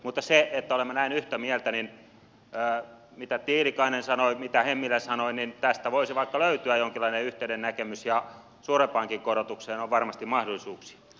mutta koska olemme näin yhtä mieltä ajatellen sitä mitä tiilikainen sanoi mitä hemmilä sanoi niin tästä voisi vaikka löytyä jonkinlainen yhteinen näkemys ja suurempaankin korotukseen on varmasti mahdollisuuksia